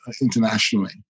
internationally